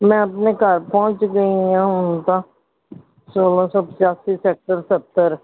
ਮੈਂ ਆਪਣੇ ਘਰ ਪਹੁੰਚ ਗਈ ਹਾਂ ਹੁਣ ਤਾਂ ਸੌਲ੍ਹਾਂ ਸੌ ਪਚਾਸੀ ਸੈਕਟਰ ਸੱਤਰ